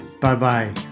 Bye-bye